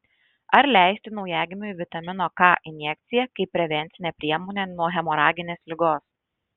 ar leisti naujagimiui vitamino k injekciją kaip prevencinę priemonę nuo hemoraginės ligos